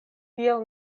tiel